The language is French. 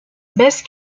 baisse